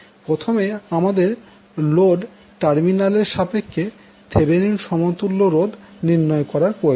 প্রথমে আমাদের load terminal এর সাপেক্ষে থেভেনিন সমতুল্য রোধ নির্ণয় করার প্রয়োজন